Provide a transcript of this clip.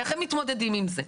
איך הם מתמודדים עם זה?